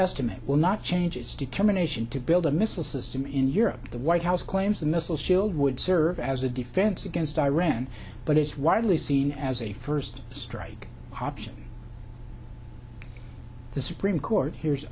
estimate will not change its determination to build a missile system in europe the white house claims the missile shield would serve as a defense against iran but it's widely seen as a first strike option the supreme court he